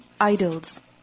idols